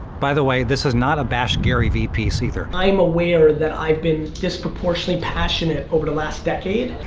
by the way, this is not a bash gary vee piece either. i am aware that i've been disproportionally passionate over the last decade.